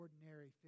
ordinary